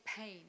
pain